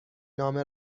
نامه